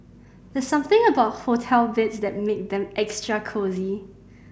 there's something about hotel beds that make them extra cosy